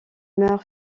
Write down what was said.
meurt